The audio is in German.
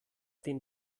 den